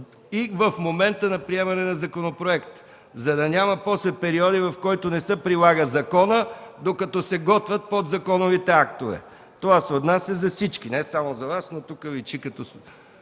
и в момента на приемане на законопроекта, за да няма после период, в който законът не се прилага, докато се готвят подзаконовите актове. Това се отнася за всички – не само за Вас, но тук личи.